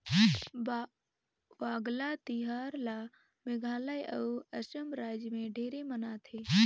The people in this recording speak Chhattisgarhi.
वांगला तिहार ल मेघालय अउ असम रायज मे ढेरे मनाथे